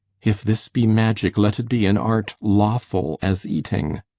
if this be magic, let it be an art lawful as eating.